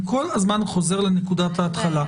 אני כל הזמן חוזר לנקודת ההתחלה.